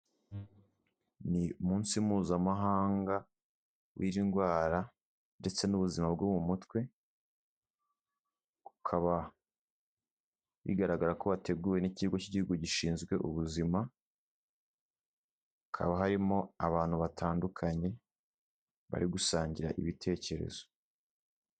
Ni umunsi mpuzamahanga w'indwara ndetse n'ubuzima bwo mu mutwe, bikaba bigaragara ko wateguwe n'ikigo cy'igihugu gishinzwe ubuzima, hakaba harimo abantu batandukanye bari gusangira ibitekerezo.